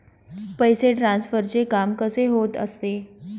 पैसे ट्रान्सफरचे काम कसे होत असते?